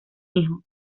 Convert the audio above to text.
hijo